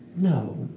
No